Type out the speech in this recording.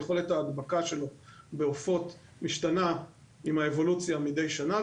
יכולת ההדבקה שלו בעופות משתנה עם האבולוציה מידי שנה.